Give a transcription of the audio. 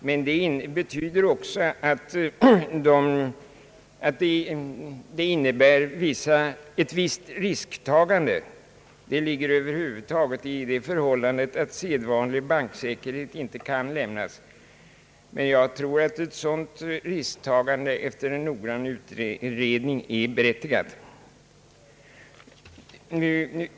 Men det innebär ett visst risktagande, som över huvud taget ligger i det förhållandet att sedvanlig banksäkerhet inte kan lämnas. Jag tror emellertid att ett sådant risktagande efter noggrant utredande är berättigat.